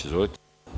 Izvolite.